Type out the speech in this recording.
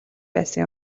байсан